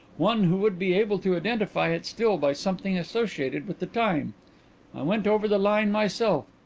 one who would be able to identify it still by something associated with the time. i went over the line myself.